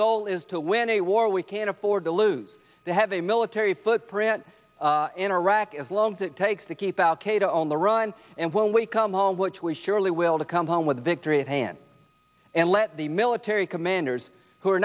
goal is to win a war we can't afford to lose to have a military footprint in iraq as long as it takes to keep al qaeda on the run and when we come home which we surely will to come home with victory at hand and let the military commanders who are